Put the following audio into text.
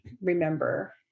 remember